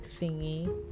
thingy